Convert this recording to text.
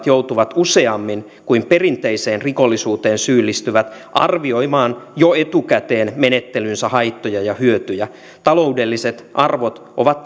joutuvat useammin kuin perinteiseen rikollisuuteen syyllistyvät arvioimaan jo etukäteen menettelynsä haittoja ja hyötyjä taloudelliset arvot ovat